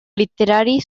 literari